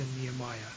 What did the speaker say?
Nehemiah